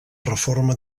reforma